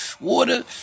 Water